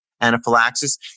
anaphylaxis